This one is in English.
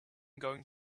going